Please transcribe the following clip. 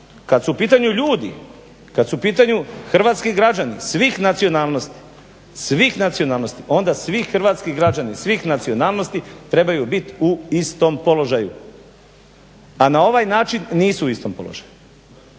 Kad su u pitanju ljudi, kad su u pitanju hrvatski građani svih nacionalnosti onda svi hrvatski građani svih nacionalnosti trebaju biti u istom položaju a na ovaj način nisu u istom položaju.